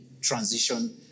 transition